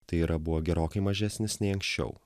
tai yra buvo gerokai mažesnis nei anksčiau